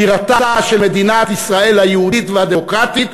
בירתה של מדינת ישראל היהודית והדמוקרטית,